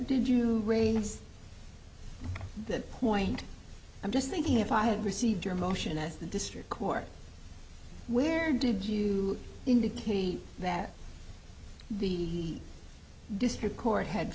did you raise that point i'm just thinking if i had received your motion as the district court where did you indicate that the district court had